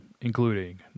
including